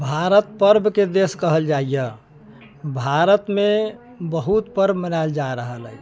भारत पर्बके देश कहल जाइयै भारतमे बहुत पर्ब मनाइल जा रहल अछि